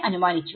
അനുമാനിച്ചു